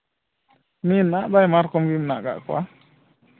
ᱢᱮᱱᱟᱜ ᱫᱚ ᱟᱭᱢᱟ ᱨᱚᱠᱚᱢ ᱜᱮ ᱢᱮᱱᱟᱜ ᱟᱠᱟᱫ ᱠᱚᱣᱟ